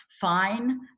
fine